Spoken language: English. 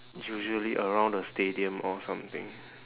usually around the stadium or something